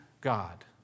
God